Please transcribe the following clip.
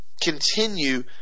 Continue